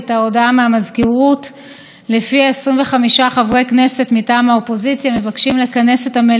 את המליאה בזמן הפגרה כדי לדון במה שבחרו להגדיר: